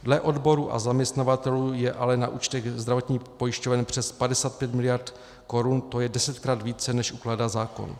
Dle odborů a zaměstnavatelů je ale na účtech zdravotních pojišťoven přes 55 miliard korun, to je desetkrát více, než ukládá zákon.